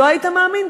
לא היית מאמין.